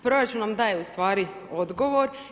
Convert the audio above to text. Proračun nam daje ustvari odgovor.